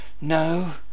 No